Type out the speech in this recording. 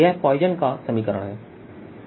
यह पॉइसन का समीकरणPoisson's Equation है